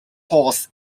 horse